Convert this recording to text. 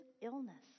illness